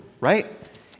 right